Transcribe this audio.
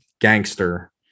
gangster